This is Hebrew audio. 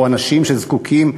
או אנשים שזקוקים,